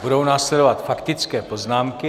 Budou následovat faktické poznámky.